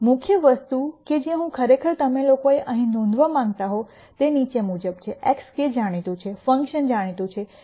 મુખ્ય વસ્તુ કે જે હું ખરેખર તમે લોકોએ અહીં નોંધવા માંગતા હો તે નીચે મુજબ છે xk જાણીતું છે ફંક્શન જાણીતું છે